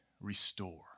restore